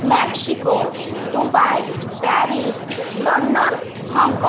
Mexico Dubai Paris London Hong Kong